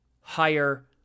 higher